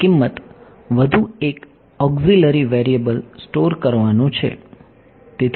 મારી કિંમત વધુ એક ઓક્ઝીલરી વેરીએબલ સ્ટોર કરવાનું છે